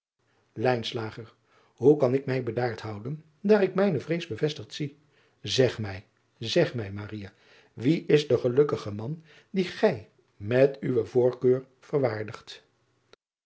oe kan ik mij bedaard houden daar ik mijne vrees bevestigd zie eg mij zeg mij wie is de gelukkige man die gij met uwe voorkeur verwaardigt